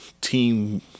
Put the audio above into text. Team